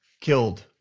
killed